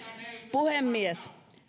puhemies